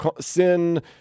sin